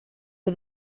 for